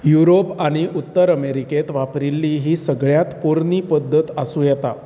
Europe आनी उत्तर अमेरिकेंत वापरिल्ली ही सगळ्यांत पोरनी पद्दत आसूं येता